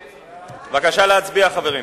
להצביע.